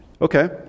Okay